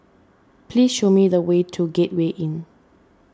please show me the way to Gateway Inn